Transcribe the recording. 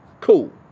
Cool